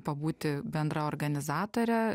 pabūti bendra organizatore